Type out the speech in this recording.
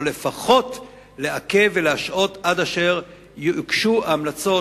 או לפחות לעכב ולהשהות עד אשר יוגשו ההמלצות